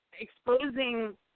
exposing